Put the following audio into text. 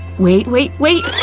wait, wait, wait,